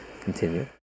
continue